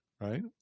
Right